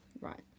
Right